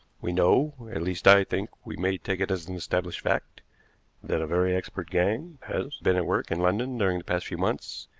we know at least i think we may take it as an established fact that a very expert gang has been at work in london during the past few months,